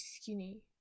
skinny